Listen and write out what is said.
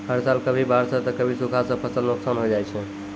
हर साल कभी बाढ़ सॅ त कभी सूखा सॅ फसल नुकसान होय जाय छै